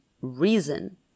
reason